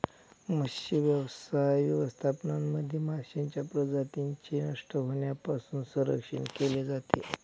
मत्स्यव्यवसाय व्यवस्थापनामध्ये माशांच्या प्रजातींचे नष्ट होण्यापासून संरक्षण केले जाते